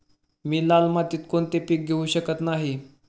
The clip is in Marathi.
मी लाल मातीत कोणते पीक घेवू शकत नाही?